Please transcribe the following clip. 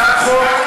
הצעת חוק,